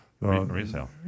resale